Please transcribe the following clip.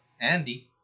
Andy